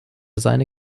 seine